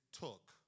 took